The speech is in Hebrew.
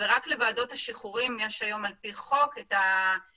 רק לוועדות שחרורים יש היום על פי חוק את הסמכות